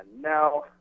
Now